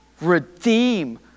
Redeem